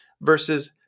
versus